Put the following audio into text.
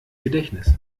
gedächtnis